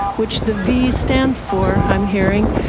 which the v stands for, i'm hearing.